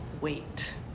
wait